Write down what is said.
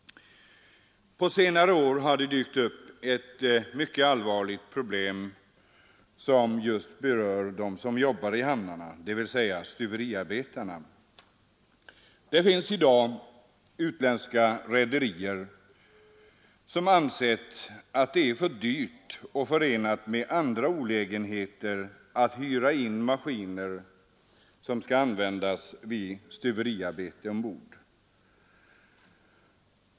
På senare år har det dykt upp ett mycket allvarligt problem som berör dem som jobbar i hamnarna, dvs. stuveriarbetarna. Det finns i dag utländska rederier som anser att det är för dyrt och förenat med andra olägenheter att hyra in maskiner för stuveriarbete ombord.